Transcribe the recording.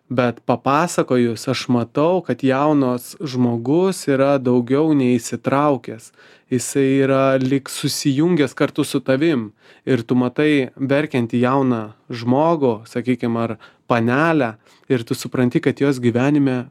bet papasakojus aš matau kad jaunas žmogus yra daugiau nei įsitraukęs jisai yra lyg susijungęs kartu su tavim ir tu matai verkiantį jauną žmogų sakykim ar panelę ir tu supranti kad jos gyvenime